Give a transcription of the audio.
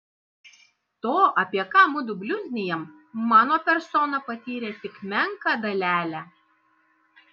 to apie ką mudu bliuznijam mano persona patyrė tik menką dalelę